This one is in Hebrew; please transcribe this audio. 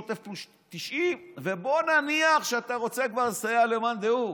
שוטף פלוס 90. ובואו נניח שאתה רוצה כבר לסייע למאן דהוא,